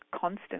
constant